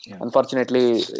Unfortunately